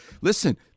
Listen